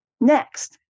Next